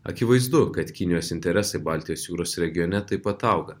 akivaizdu kad kinijos interesai baltijos jūros regione taip pat auga